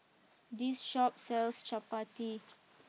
this Shop sells Chapati